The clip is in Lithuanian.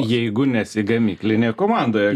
jeigu nesi gamyklinėje komandoje